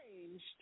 changed